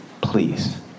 please